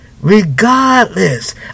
regardless